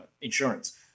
insurance